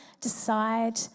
decide